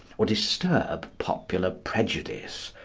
or disturb popular prejudice,